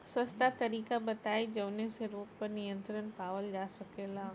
सस्ता तरीका बताई जवने से रोग पर नियंत्रण पावल जा सकेला?